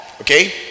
Okay